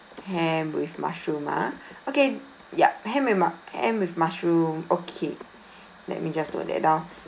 ham with mushroom ah okay yup ham with mu~ ham with mushroom okay let me just note that down